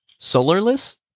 Solarless